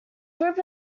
group